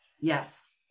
Yes